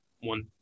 one